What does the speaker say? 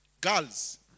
Girls